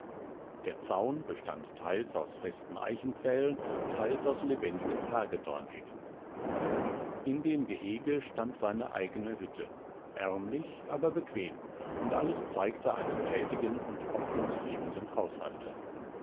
der zaun bestand teils aus festen eichenpfählen teils aus lebendigen hagedornhecken in dem gehege stand seine eigene hütte ärmlich aber bequem und alles zeigte einen thätigen und ordnungsliebenden haushalter